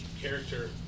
character